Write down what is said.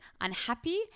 unhappy